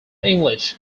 english